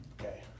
okay